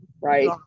right